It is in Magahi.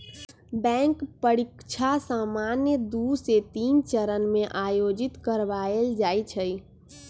बैंक परीकछा सामान्य दू से तीन चरण में आयोजित करबायल जाइ छइ